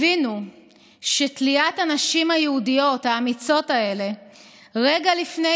הבינו שתליית הנשים היהודיות האמיצות האלה רגע לפני